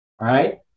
right